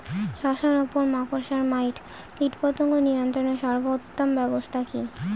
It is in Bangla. শশার উপর মাকড়সা মাইট কীটপতঙ্গ নিয়ন্ত্রণের সর্বোত্তম ব্যবস্থা কি?